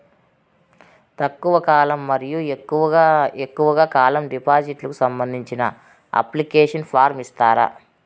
తక్కువ కాలం మరియు ఎక్కువగా కాలం డిపాజిట్లు కు సంబంధించిన అప్లికేషన్ ఫార్మ్ ఇస్తారా?